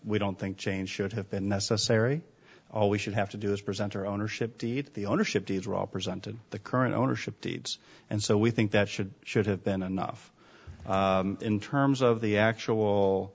we don't think change should have been necessary all we should have to do is present or ownership deed the ownership deed rob presented the current ownership deeds and so we think that should should have been enough in terms of the actual